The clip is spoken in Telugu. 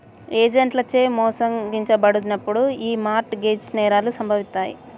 ఏజెంట్లచే మోసగించబడినప్పుడు యీ మార్ట్ గేజ్ నేరాలు సంభవిత్తాయి